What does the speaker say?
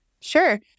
sure